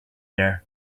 there